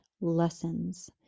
lessons